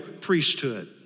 priesthood